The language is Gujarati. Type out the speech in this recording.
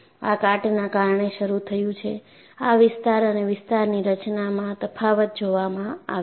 આ કાટના કારણે શરૂ થયું છે આ વિસ્તાર અને વિસ્તારની રચનામાં તફાવત જોવામાં આવે છે